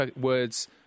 words